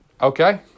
Okay